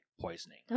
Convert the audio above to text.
poisoning